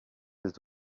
des